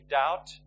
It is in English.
doubt